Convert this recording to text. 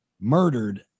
murdered